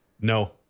No